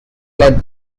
let